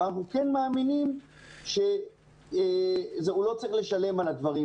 אנחנו כן מאמינים שהוא לא צריך לשלם על הדברים